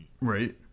Right